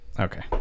okay